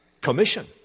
commission